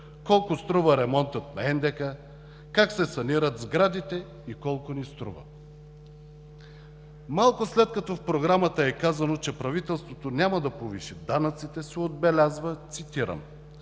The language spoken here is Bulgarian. колко струва ремонтът на НДК, как се санират сградите и колко ни струва? Малко след като в Програмата е казано, че правителството няма да повиши данъците, се отбелязва, цитирам: